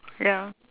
ya